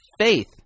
faith